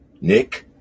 Nick